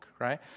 Right